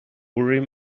urim